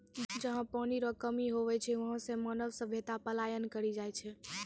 जहा पनी रो कमी हुवै छै वहां से मानव सभ्यता पलायन करी जाय छै